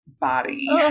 body